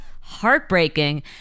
Heartbreaking